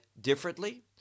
differently